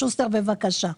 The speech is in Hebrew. שוסטר, בבקשה.